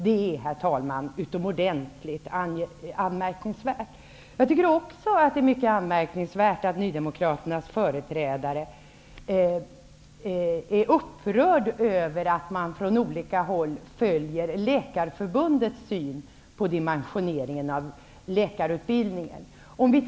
Det är, herr talman, utomordentligt anmärkningsvärt. Det är också mycket anmärkningsvärt att nydemokraternas företrädare är upprörd över att man från olika håll följer Läkarförbundets syn på dimensioneringen av läkarutbildningen.